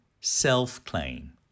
self-claim